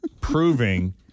proving